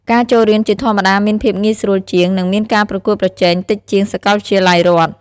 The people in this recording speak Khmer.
ការចូលរៀនជាធម្មតាមានភាពងាយស្រួលជាង និងមានការប្រកួតប្រជែងតិចជាងសាកលវិទ្យាល័យរដ្ឋ។